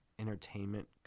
Entertainment